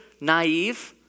naive